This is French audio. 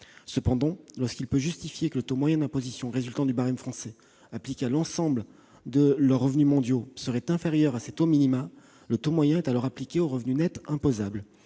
Cependant, lorsqu'ils peuvent justifier que le taux moyen d'imposition résultant du barème français appliqué à l'ensemble de leurs revenus mondiaux est inférieur à ces taux minima, le taux moyen est alors appliqué au revenu net imposable.